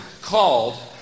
called